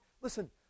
listen